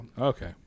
Okay